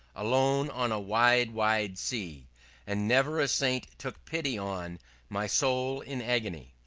alone on a wide, wide sea and never a saint took pity on my soul in agony.